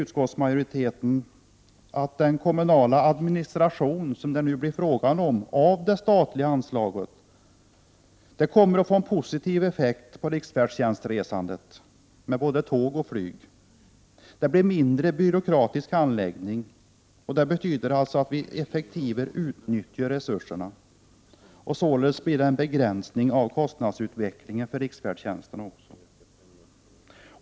Utskottsmajoriteten anser vidare att den kommunala administration av det statliga anslaget som det nu kommer att bli fråga om, med det förslag som nu föreligger, kommer att få en positiv effekt på riksfärdstjänstresandet med både tåg och flyg. Det blir mindre av byråkratisk handläggning, vilket betyder effektivare utnyttjande av resurserna och således en begränsning av kostnadsutvecklingen för riksfärdtjänsten.